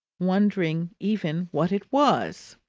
wondering even what it was.